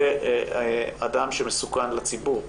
זה אדם שמסוכן לציבור.